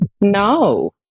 no